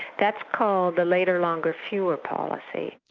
that's called the later longer fewer policy.